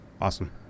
Awesome